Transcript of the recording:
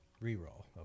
Re-roll